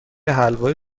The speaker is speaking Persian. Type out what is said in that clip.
حلوای